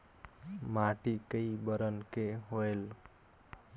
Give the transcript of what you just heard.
माटी कई बरन के होयल?